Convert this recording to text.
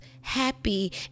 happy